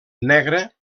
negre